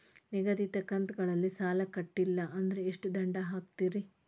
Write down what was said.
ನಿಗದಿತ ಕಂತ್ ಗಳಲ್ಲಿ ಸಾಲ ಕಟ್ಲಿಲ್ಲ ಅಂದ್ರ ಎಷ್ಟ ದಂಡ ಹಾಕ್ತೇರಿ?